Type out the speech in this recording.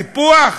סיפוח?